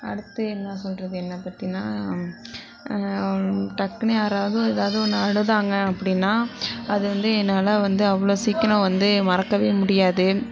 அடுத்து என்ன சொல்றது என்னை பற்றினா டக்குனு யாராவது எதாவது ஒன்று அழுதாங்க அப்படினா அது வந்து என்னால் வந்து அவ்வளோ சீக்கிரம் வந்து மறக்கவே முடியாது